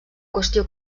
qüestió